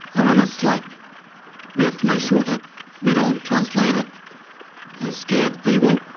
i mean it's like we have to make sure that we don't translate it and scare people.